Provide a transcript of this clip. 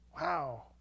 wow